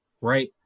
right